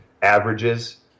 averages